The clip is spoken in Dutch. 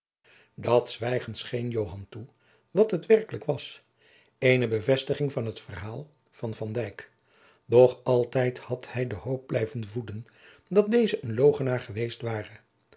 zwijgen scheen joan toe wat het werkelijk was eene bevestiging van het verhaal van van dyk nog altijd had hij de hoop blijven voeden dat deze een logenaar geweest ware